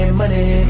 money